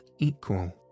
equal